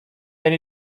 and